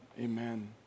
amen